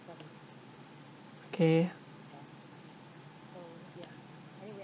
okay